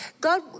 God